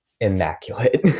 immaculate